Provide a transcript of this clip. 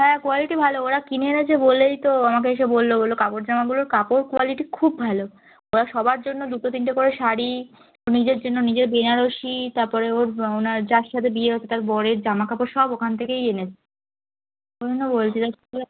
হ্যাঁ কোয়ালিটি ভালো ওরা কিনে এনেছে বলেই তো আমাকে এসে বললো বললো কাপড় জামাগুলোর কাপড় কোয়ালিটি খুব ভালো ওরা সবার জন্য দুটো তিনটে করে শাড়ি নিজের জন্য নিজের বেনারসি তারপরে ওর ওনার যার সাথে বিয়ে হচ্ছে তার বরের জামা কাপড় সব ওখান থেকেই এনেছে জন্য বলছিলাম